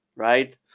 right?